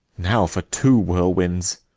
now for two whirlwinds.